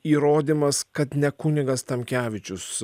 įrodymas kad ne kunigas tamkevičius